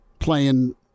playing